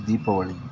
Deepavali